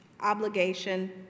obligation